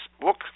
book